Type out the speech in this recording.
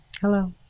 Hello